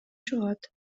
чыгат